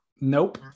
Nope